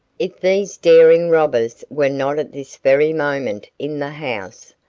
if these daring robbers were not at this very moment in the house,